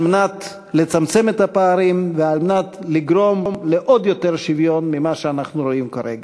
כדי לצמצם את הפערים ולגרום לעוד יותר שוויון ממה שאנחנו רואים כרגע.